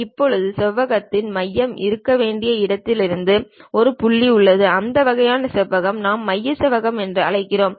இப்போது செவ்வகத்தின் மையம் இருக்க வேண்டிய இடத்திலிருந்து ஒரு புள்ளி உள்ளது அந்த வகையான செவ்வகம் நாம் மைய செவ்வகம் என்று அழைக்கிறோம்